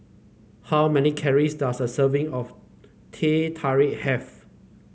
how many calories does a serving of Teh Tarik have